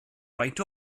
faint